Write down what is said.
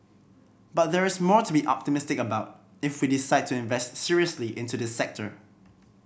but there is more to be optimistic about if we decide to invest seriously into the sector